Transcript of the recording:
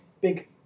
big